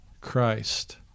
Christ